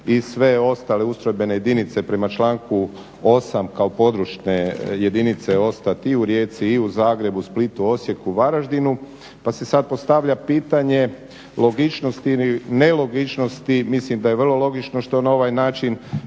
i sve ostale ustrojbene jedinice prema članku 8.kao područne jedinice ostat i u Rijeci i u Zagrebu, Splitu, Osijeku, Varaždinu pa se sad postavlja pitanje logičnosti i nelogičnosti. Mislim da je vrlo logično što na ovaj način